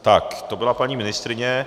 Tak to byla paní ministryně.